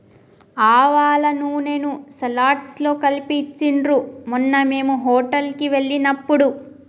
ఆవాల నూనెను సలాడ్స్ లో కలిపి ఇచ్చిండ్రు మొన్న మేము హోటల్ కి వెళ్ళినప్పుడు